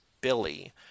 Billy